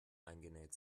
eingenäht